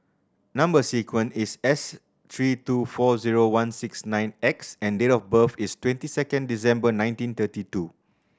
number sequence is S three two four zero one six nine X and date of birth is twenty second December nineteen thirty two